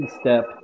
Step